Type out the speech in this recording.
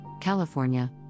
California